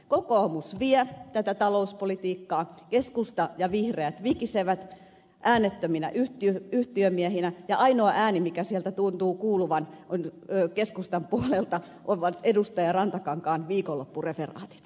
kokoomus vie tätä talouspolitiikkaa keskusta ja vihreät vikisevät äänettöminä yhtiömiehinä ja ainoa ääni mikä sieltä tuntuu kuuluvan keskustan puolelta on edustaja rantakankaan viikonloppureferaatit